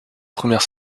première